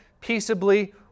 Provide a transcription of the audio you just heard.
peaceably